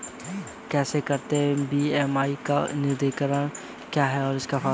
कैसे करते हैं बी.एम.आई का निर्धारण क्या है इसका फॉर्मूला?